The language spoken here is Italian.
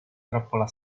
trappola